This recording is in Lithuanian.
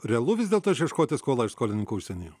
realu vis dėlto išieškoti skolą iš skolininkų užsienyje